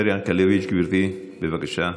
עומר ינקלביץ', גברתי, בבקשה,